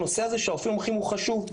הנושא הזה של רופאים מומחים הוא חשוב.